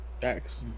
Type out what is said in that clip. Thanks